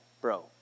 bro